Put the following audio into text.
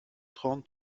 trente